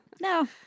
no